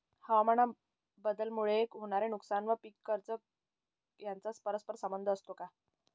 हवामानबदलामुळे होणारे नुकसान व पीक कर्ज यांचा परस्पर संबंध असतो का?